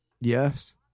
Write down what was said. Yes